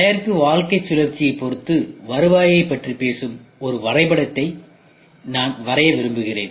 தயாரிப்பு வாழ்க்கைச் சுழற்சியைப் பொறுத்து வருவாயைப் பற்றி பேசும் ஒரு வரைபடத்தை நான் வரைய விரும்புகிறேன்